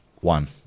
One